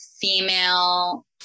female